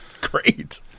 great